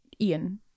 Ian